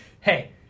Hey